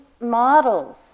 models